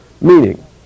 meaning